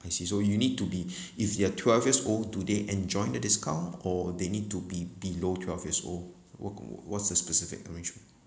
I see so you need to be if you are twelve years old today enjoy the discount or they need to be below twelve years old wha~ what's the specific arrangement